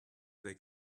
they